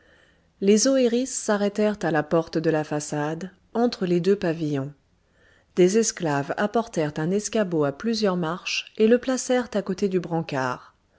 les oëris s'arrêtèrent à la porte de la façade entre les deux pavillons des esclaves apportèrent un escabeau à plusieurs marches et le placèrent à côté du brancard